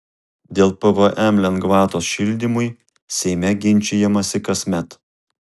dėl pvm lengvatos šildymui seime ginčijamasi kasmet